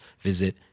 visit